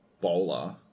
bowler